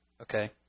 Okay